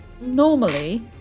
Normally